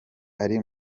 ari